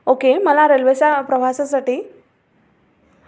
okay मला रेल्वेचा प्रवासासाठी